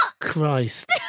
Christ